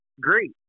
great